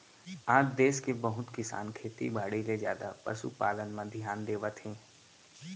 आज देस के बहुत किसान खेती बाड़ी ले जादा पसु पालन म धियान देवत हें